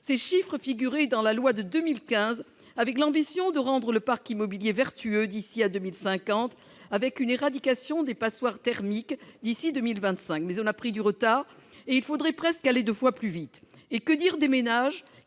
Ces chiffres figuraient dans la loi de 2015, avec l'ambition de rendre le parc immobilier vertueux d'ici à 2050, avec une éradication des passoires thermiques d'ici à 2025. Malheureusement, du retard a été pris, et il faudrait presque aller deux fois plus vite. Et que dire des ménages